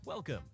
Welcome